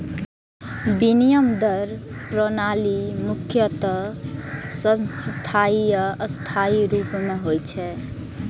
विनिमय दर प्रणाली मुख्यतः स्थायी आ अस्थायी रूप मे होइ छै